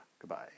Goodbye